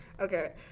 Okay